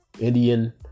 Indian